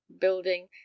building